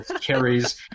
Carrie's